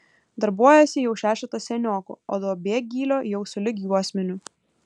darbuojasi jau šešetas seniokų o duobė gylio jau sulig juosmeniu